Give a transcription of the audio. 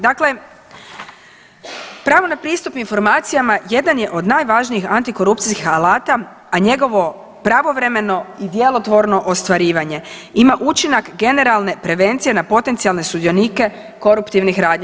Dakle, pravo na pristup informacijama jedan je od najvažnijih antikorupcijskih alata, a njegovo pravovremeno i djelotvorno ostvarivanje ima učinak generalne prevencije na potencijalne sudionike koruptivnih radnji.